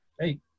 hey